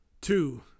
two